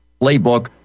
playbook